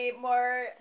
more